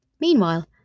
Meanwhile